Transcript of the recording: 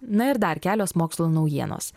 na ir dar kelios mokslo naujienos